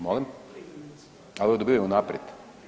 Molim? [[Upadica: Ne razumije se.]] A ovi dobivaju unaprijed.